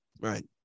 right